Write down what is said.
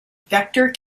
vector